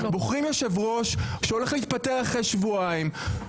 בוחרים יושב-ראש שהולך להתפטר אחרי שבועיים.